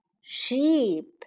sheep